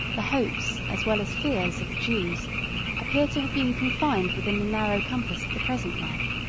the hopes as well as fears of the jews appear to have been confined within the narrow compass of the present life.